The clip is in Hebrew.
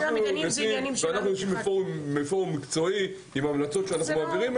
אנחנו יושבים בפורום מקצועי עם המלצות שאנחנו מעבירים.